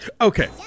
Okay